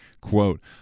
Quote